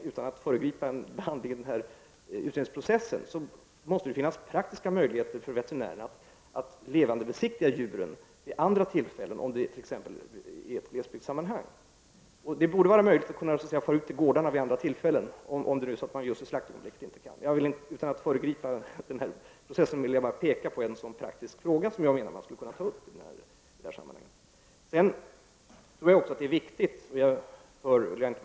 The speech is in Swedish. Utan att föregripa utredningsprocessen, vill jag säga att det måste finnas praktiska möjligheter för veterinärerna att levandebesiktiga djuren vid andra tillfällen, t.ex. i glesbygder. Det borde vara möjligt för vete rinärerna att fara ut till gårdarna vid andra tillfällen än vid slakttillfället, om detta inte är möjligt. Jag vill alltså bara peka på en praktisk fråga som jag tycker att man borde ta upp i detta sammanhang.